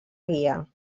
guia